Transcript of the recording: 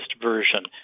version